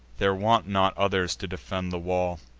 there want not others to defend the wall.